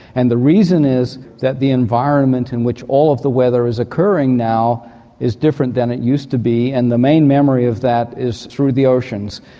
and the reason is that the environment in which all of the weather is occurring now is different than it used to be, and the main memory of that is through the oceans.